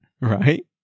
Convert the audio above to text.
right